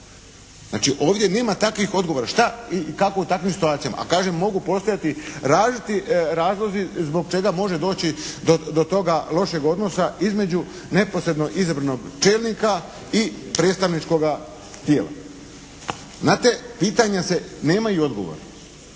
Znači ovdje nema takvih odgovora. Šta i kako u takvim situacijama? A kažem, mogu postojati različiti razlozi zbog čega može doći do toga lošeg odnosa između neposredno izabranog čelnika i predstavničkoga tijela. Znate, pitanja se nemaju odgovor.